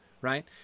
Right